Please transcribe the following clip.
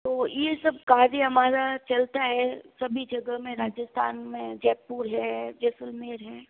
तो ये सब कार्य हमारा चलता है सभी जगह में राजस्थान में जयपुर है जैसलमैर है